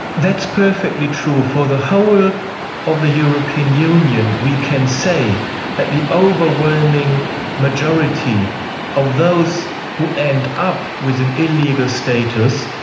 that's perfectly true. for the whole of the european union we can say that the overwhelming majority of those who end up with an illegal status,